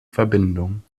verbindung